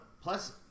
Plus